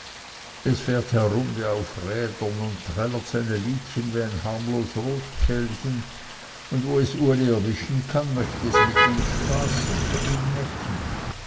es fährt herum wie auf rädern und trällert seine liedchen wie ein harmlos rotkehlchen und wo es uli erwischen kann möchte es mit ihm spassen ihn necken